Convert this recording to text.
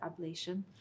ablation